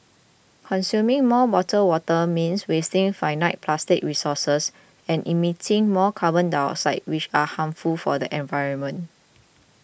consuming more bottled water means wasting finite plastic resources and emitting more carbon dioxide which are harmful for the environment